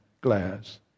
glass